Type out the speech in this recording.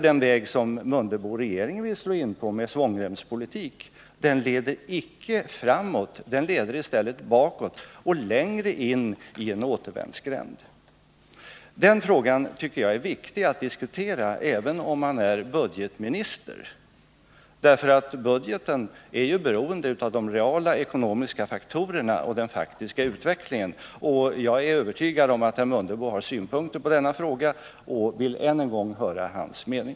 Den väg som Ingemar Mundebo och regeringen vill slå in på med en svångremspolitik leder icke framåt, utan den leder i stället bakåt och längre in i en återvändgräns. Den frågan tycker jag borde vara viktig att diskutera även för en budgetminister. Budgeten är ju beroende av de reala ekonomiska faktorerna och den faktiska utvecklingen. Jag är övertygad om att herr Mundebo har synpunkter på den frågan, och jag vill än en gång höra hans mening.